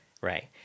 Right